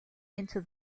into